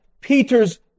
Peter's